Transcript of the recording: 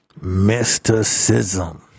mysticism